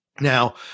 Now